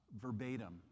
verbatim